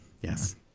Yes